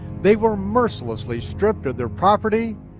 they were mercilessly stripped of their property,